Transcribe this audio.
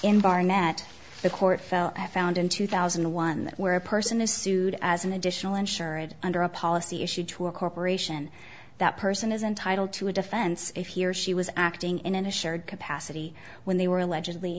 in barnett the court fell i found in two thousand and one where a person is sued as an additional insured under a policy issued to a corporation that person is entitled to a defense if he or she was acting in an assured capacity when they were allegedly